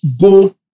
go